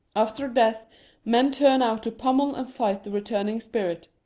after a death men turn out to pummel and fight the returning spirit,